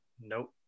nope